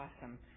awesome